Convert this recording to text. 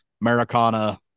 Americana